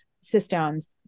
systems